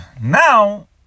Now